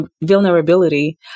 vulnerability